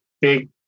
big